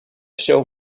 shell